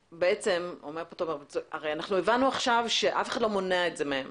אנחנו הבנו עכשיו שאף אחד לא מונע את זה מהם.